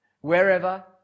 wherever